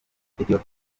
ethiopia